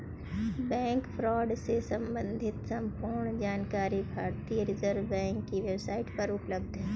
bank fraud से सम्बंधित संपूर्ण जानकारी भारतीय रिज़र्व बैंक की वेब साईट पर उपलब्ध है